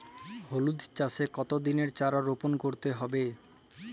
হলুদ চাষে কত দিনের চারা রোপন করতে হবে?